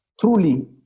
truly